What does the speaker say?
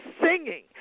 singing